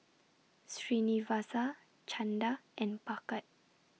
Srinivasa Chanda and Bhagat